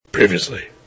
previously